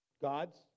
God's